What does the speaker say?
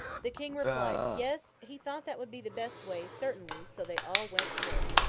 the king replied, yes, he thought that would be the best way, certainly so they all went to work.